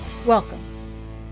Welcome